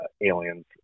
aliens